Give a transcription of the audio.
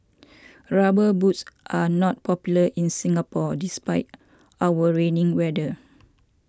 rubber boots are not popular in Singapore despite our raining weather